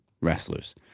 wrestlers